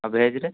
ଆଉ ଭେଜରେ